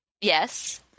yes